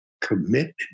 commitment